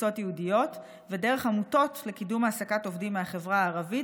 וקבוצות ייעודיות ודרך עמותות לקידום העסקת עובדים מהחברה הערבית,